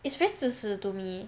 it's very 自私 to me